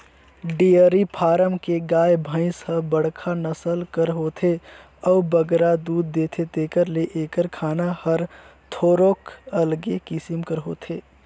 dairy farm के गाय, भंइस ह बड़खा नसल कर होथे अउ बगरा दूद देथे तेकर ले एकर खाना हर थोरोक अलगे किसिम कर होथे